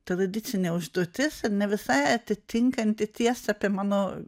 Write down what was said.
tradicinė užduotis ir ne visai atitinkanti tiesą apie mano